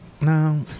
No